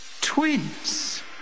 Twins